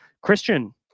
Christian